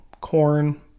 corn